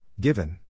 Given